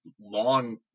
long